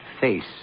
face